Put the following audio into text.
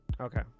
Okay